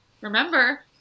remember